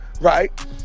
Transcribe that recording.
Right